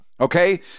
Okay